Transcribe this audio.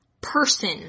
person